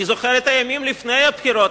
אני זוכר את הימים לפני הבחירות,